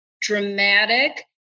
dramatic